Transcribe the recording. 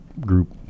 group